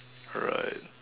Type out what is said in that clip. right